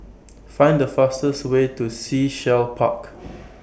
Find The fastest Way to Sea Shell Park